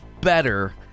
better